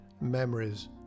memories